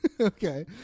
Okay